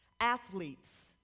Athletes